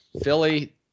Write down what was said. Philly